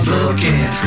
looking